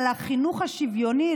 החינוך השוויוני,